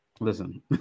listen